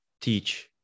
teach